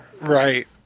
Right